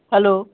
hello